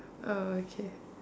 oh okay